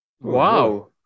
Wow